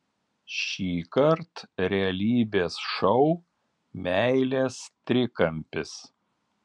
šįkart realybės šou meilės trikampis